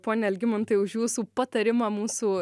pone algimantai už jūsų patarimą mūsų